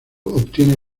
obtiene